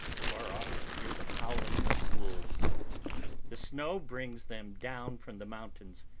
far off i hear the howling of wolves the snow brings them down from the mountains,